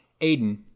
Aiden